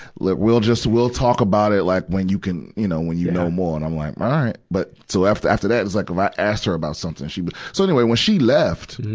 look, we'll just, we'll talk about it like when you can, you know, when you know more. and i'm like, a'ight. but so after, after that, it was like if i asked her about something, she would so anyway, when she left,